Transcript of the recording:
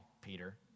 Peter